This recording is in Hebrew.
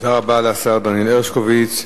תודה רבה לשר דניאל הרשקוביץ.